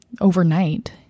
overnight